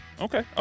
okay